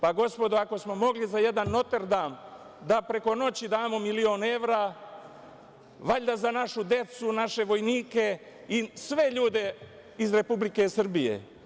Pa, gospodo, ako smo mogli za jedan Notr Dam da preko noći damo milion evra, valjda možemo za našu decu, naše vojnike i sve ljude iz Republike Srbije.